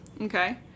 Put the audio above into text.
Okay